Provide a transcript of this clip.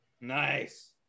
Nice